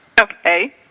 Okay